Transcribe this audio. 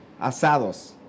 asados